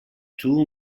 too